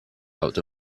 out